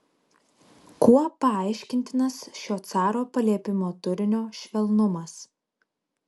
kuo paaiškintinas šio caro paliepimo turinio švelnumas